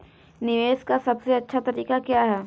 निवेश का सबसे अच्छा तरीका क्या है?